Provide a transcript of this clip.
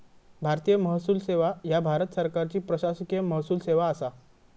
भारतीय महसूल सेवा ह्या भारत सरकारची प्रशासकीय महसूल सेवा असा